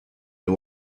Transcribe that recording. new